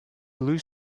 blue